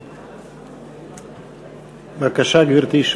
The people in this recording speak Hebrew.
בבקשה, גברתי.